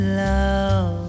love